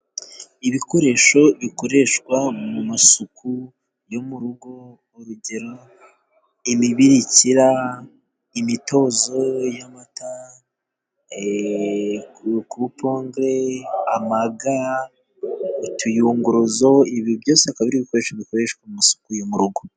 Ibikoresho bikoreshwa mu masuku yo mu rugo urugero imibirikira, imitozo y'amata kupongere, amaga utuyunguruzo ibi byose akaba ari ibikoresho bikoreshwa mu masuku yo mu rugo.